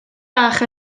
bach